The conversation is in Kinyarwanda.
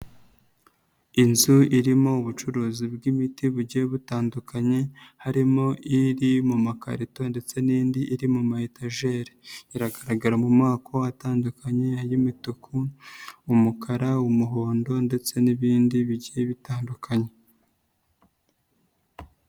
Inzu irimo ubucuruzi bw'imiti bugiye butandukanye, harimo iri mu makarito ndetse n'indi iri mu mayetajeri, iragaragara mu moko atandukanye y'imituku, umukara, umuhondo ndetse n'ibindi bice bitandukanye.